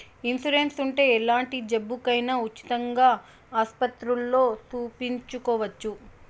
insurance ఉంటే ఎలాంటి జబ్బుకైనా ఉచితంగా ఆస్పత్రుల్లో సూపించుకోవచ్చు